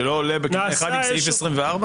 שלא עולה בקנה אחד עם סעיף 24?